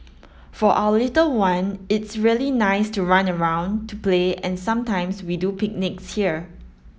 for our little one it's really nice to run around to play and sometimes we do picnics here